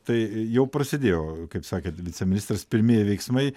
tai jau prasidėjo kaip sakė viceministras pirmieji veiksmai